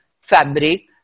fabric